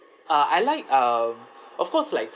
uh I like um of course like